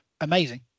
amazing